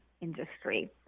industry